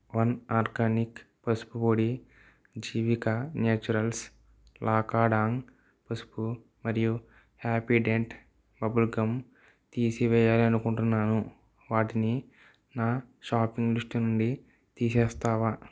one organic పసుపు పొడి Jeevika naturals Lakadong పసుపు మరియు హ్యాపీడెంట్ బబుల్ గమ్ తీసివేయాలి అనుకుంటున్నాను వాటిని నా షాపింగ్ లిస్ట్ నుండి తీసేస్తావా